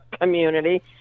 community